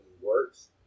works